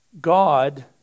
God